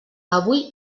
avui